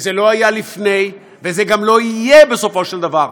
וזה לא היה לפני, וזה גם לא יהיה בסופו של דבר.